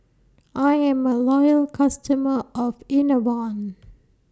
I Am A Loyal customer of Enervon